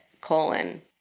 colon